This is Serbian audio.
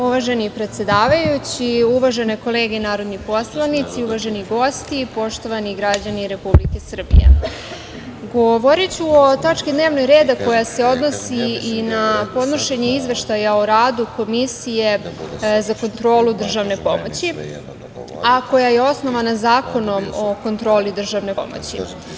Uvaženi predsedavajući, uvažene kolege narodni poslanici, uvaženi gosti, poštovani građani Republike Srbije, govoriću o tački dnevnog reda koja se odnosi na podnošenje izveštaja o radu Komisije za kontrolu državne pomoći, a koja je osnovana Zakonom o kontroli državne pomoći.